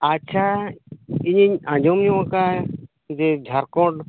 ᱟᱪᱪᱷᱟ ᱤᱧᱤᱧ ᱟᱡᱚᱢ ᱧᱚᱜ ᱟᱠᱟᱫᱟ ᱡᱮ ᱡᱷᱟᱨᱠᱷᱚᱰ